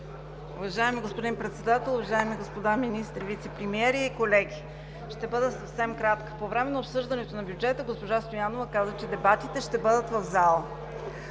Уважаеми господин Председател, уважаеми господа министри и вицепремиери, колеги! Ще бъда съвсем кратка. По време на обсъждането на бюджета госпожа Стоянова каза, че дебатите ще бъдат в залата.